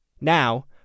Now